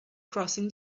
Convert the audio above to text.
crossing